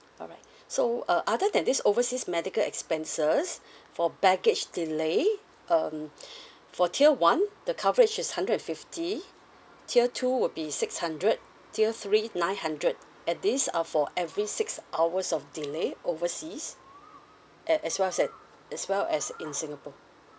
alright so uh other than this overseas medical expenses for baggage delay um for tier one the coverage is hundred and fifty tier two would be six hundred tier three nine hundred and this are for every six hours of delay overseas at as well as as well as in singapore